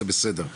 זה בסדר.